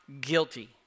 guilty